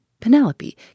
Penelope